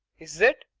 is it?